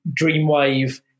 Dreamwave